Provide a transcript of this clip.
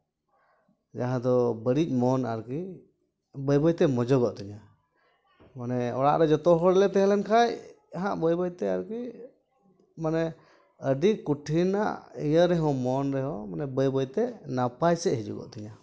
ᱡᱟᱦᱟᱸ ᱫᱚ ᱵᱟᱹᱲᱤᱡ ᱢᱚᱱ ᱟᱨᱠᱤ ᱵᱟᱹᱭ ᱵᱟᱹᱭ ᱛᱮ ᱢᱚᱡᱚᱜᱚᱜ ᱛᱤᱧᱟᱹ ᱢᱟᱱᱮ ᱚᱲᱟᱜ ᱨᱮ ᱡᱚᱛᱚ ᱦᱚᱲ ᱞᱮ ᱛᱟᱦᱮᱸᱞᱮᱱ ᱠᱷᱟᱱ ᱦᱟᱸᱜ ᱵᱟᱹᱭ ᱵᱟᱹᱭ ᱛᱮ ᱟᱨᱠᱤ ᱢᱟᱱᱮ ᱟᱹᱰᱤ ᱠᱩᱴᱷᱤᱱᱟᱜ ᱤᱭᱟᱹ ᱨᱮᱦᱚᱸ ᱢᱚᱱ ᱨᱮᱦᱚᱸ ᱢᱟᱱᱮ ᱵᱟᱹᱭ ᱵᱟᱹᱭ ᱛᱮ ᱱᱟᱯᱟᱭ ᱥᱮᱫ ᱦᱤᱡᱩᱜᱚᱜ ᱛᱤᱧᱟᱹ